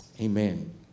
Amen